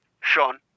Sean